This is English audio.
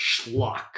schlock